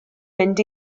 mynd